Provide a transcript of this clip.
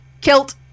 kilt